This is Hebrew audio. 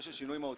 למה לא?